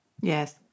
Yes